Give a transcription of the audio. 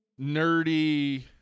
nerdy